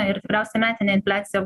ir tikriausiai metinė infliacija